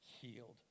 healed